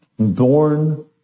Born